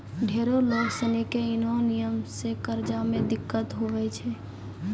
ढेरो लोग सनी के ऐन्हो नियम से कर्जा मे दिक्कत हुवै छै